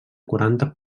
quaranta